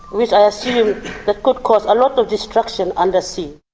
which i assume could cause a lot of destruction under sea.